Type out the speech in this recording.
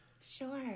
Sure